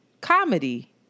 comedy